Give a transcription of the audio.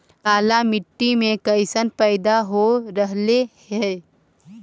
काला मिट्टी मे कैसन पैदा हो रहले है?